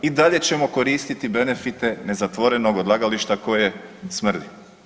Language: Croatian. I dalje ćemo koristiti benefite nezatvorenog odlagališta koje smrti.